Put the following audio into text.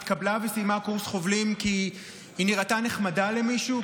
התקבלה וסיימה קורס חובלים כי היא נראתה נחמדה למישהו,